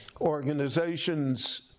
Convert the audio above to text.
organizations